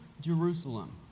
Jerusalem